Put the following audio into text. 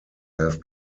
have